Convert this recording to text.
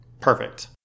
Perfect